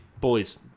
boys